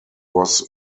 was